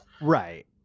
Right